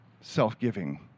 Self-giving